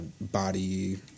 body